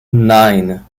nine